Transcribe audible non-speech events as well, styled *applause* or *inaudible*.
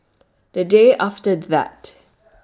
The Day after that *noise*